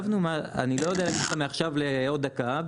אני לא יודע מעכשיו לעוד דקה.